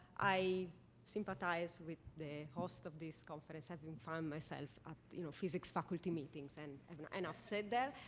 i sympathize with the host of this conference, having found myself at you know physics faculty meetings, and enough said there.